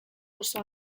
oso